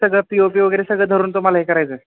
सगळं P O P वगैरे सगळं धरून तुम्हाला हे करायचं